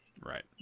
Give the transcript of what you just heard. Right